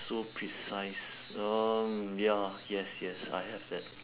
so precise um ya yes yes I have that